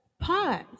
pause